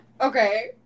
Okay